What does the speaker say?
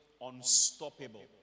Unstoppable